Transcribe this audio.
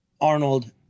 Arnold